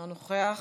אינו נוכח,